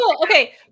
Okay